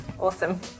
Awesome